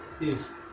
Yes